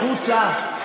החוצה.